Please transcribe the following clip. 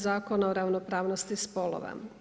Zakona o ravnopravnosti spolova.